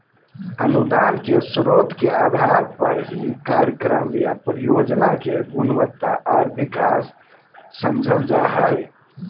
अनुदान के स्रोत के आधार पर ही कार्यक्रम या परियोजना के गुणवत्ता आर विकास समझल जा हय